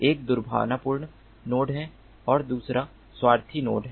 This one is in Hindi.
एक दुर्भावनापूर्ण नोड है और दूसरा स्वार्थी नोड है